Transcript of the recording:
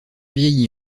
vieilli